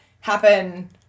happen